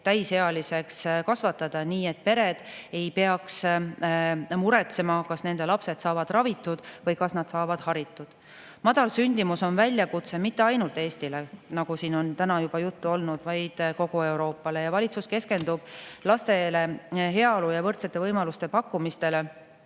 täisealiseks kasvatada, nii et pered ei peaks muretsema, kas nende lapsed saavad ravitud või kas nad saavad haritud. Madal sündimus on väljakutse mitte ainult Eestile, nagu siin on täna juba juttu olnud, vaid kogu Euroopale. Valitsus keskendub lastele heaolu ja võrdsete võimaluste pakkumisele,